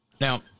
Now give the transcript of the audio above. Now